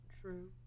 True